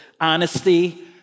honesty